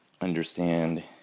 understand